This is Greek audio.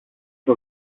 στο